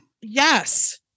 Yes